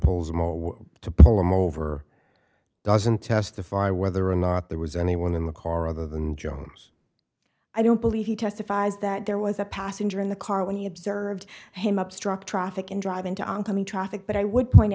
or to pull him over doesn't testify whether or not there was anyone in the car other than jones i don't believe he testifies that there was a passenger in the car when he observed him obstruct traffic and drive into oncoming traffic but i would point